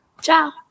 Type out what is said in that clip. Ciao